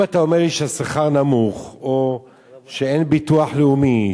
אם אתה אומר לי שהשכר נמוך או שאין ביטוח לאומי,